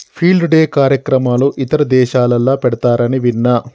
field day కార్యక్రమాలు ఇతర దేశాలల్ల పెడతారని విన్న